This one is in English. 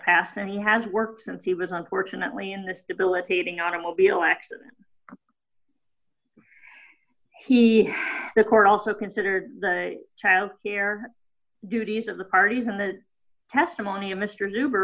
past and he has worked since he was unfortunately in this debilitating automobile accident he the court also considered the childcare duties of the parties and the testimony of mr